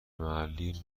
محلی